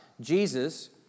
Jesus